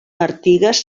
artigas